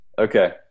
Okay